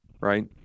right